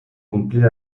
cumplir